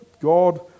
God